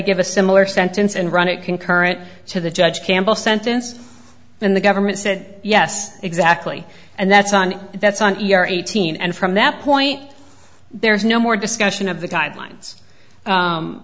give a similar sentence and run it concurrent to the judge campbell sentence and the government said yes exactly and that's on that's on your eighteen and from that point there's no more discussion of the guideline